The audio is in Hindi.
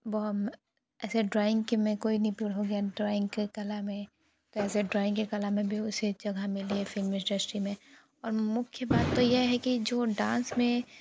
वह ऐसे ड्राइंग की में कोई निपुण हो गया ड्राइंग के कला में कैसे ड्राइंग के कला में भी उसे जगह मिली फ़िल्म इंडस्ट्री में और मुख्य बात तो यह है कि जो डांस में